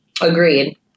Agreed